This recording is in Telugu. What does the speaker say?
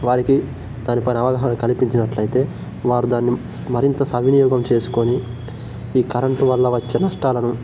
వారికి దాని కల్పించినట్లయితే వారు దాన్ని మరింత సద్వినియోగం చేసుకొని ఈ కరంటు వల్ల వచ్చే నష్టాలను